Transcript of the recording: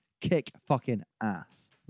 kick-fucking-ass